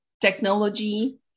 Technology